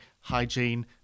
hygiene